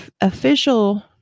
official